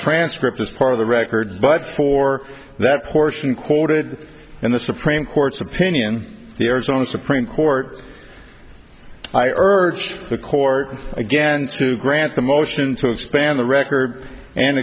transcript is part of the record but for that portion quoted in the supreme court's opinion the arizona supreme court i urged the court again to grant the motion to expand the record and